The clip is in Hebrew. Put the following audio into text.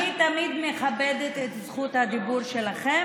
אני תמיד מכבדת את זכות הדיבור שלכם,